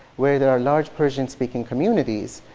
where there are large persian speaking communities,